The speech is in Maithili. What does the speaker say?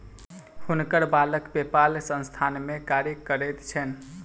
हुनकर बालक पेपाल संस्थान में कार्य करैत छैन